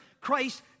Christ